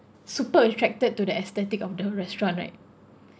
super attracted to the aesthetic of the restaurant right